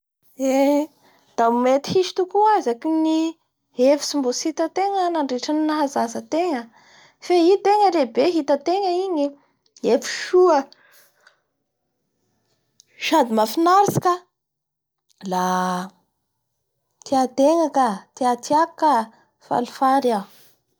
Eee da mety hisy tokoa azaky ny efitsy mbo tsy hitatenga nandritsy ny nahazaza atengna fe i tenga lehibe hitatengna ingnyefitsy soa sady mahafinaritsy ka la tiatenga ka, tiatiako ka!la faly falifaly iaho.